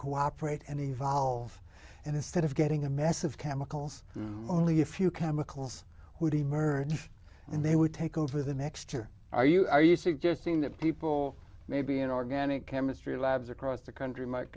cooperate and evolve and instead of getting a mess of chemicals only a few chemicals would emerge and they would take over the next or are you are you suggesting that people may be an organic chemistry labs across the country might